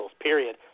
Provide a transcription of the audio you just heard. period